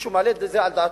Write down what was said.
מישהו מעלה את זה על דעתו?